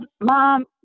mom